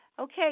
Okay